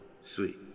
sweet